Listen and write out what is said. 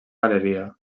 galeria